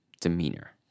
demeanor